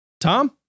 Tom